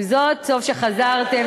עם זאת, טוב שחזרתם.